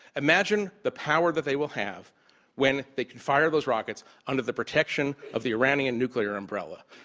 imagine the power that they will have when they can fire those rockets under the protection of the iranian nuclear umbrella.